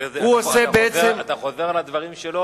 אתה חוזר על הדברים שלו,